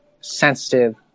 sensitive